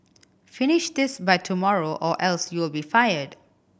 finish this by tomorrow or else you'll be fired